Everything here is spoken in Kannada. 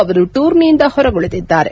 ಅವರು ಟೂರ್ನಿಯಿಂದ ಹೊರಗುಳಿದಿದ್ದಾರೆ